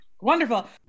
Wonderful